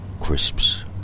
crisps